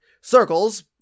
circles